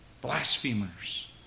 Blasphemers